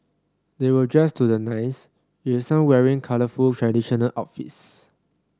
they were dressed to the nines with some wearing colourful traditional outfits